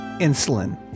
insulin